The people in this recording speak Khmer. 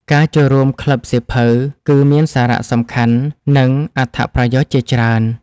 ការចូលរួមក្លឹបសៀវភៅ គឺមានសារៈសំខាន់ និងអត្ថប្រយោជន៍ជាច្រើន។